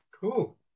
Cool